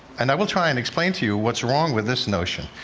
and i will try and explain to you what's wrong with this notion.